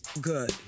good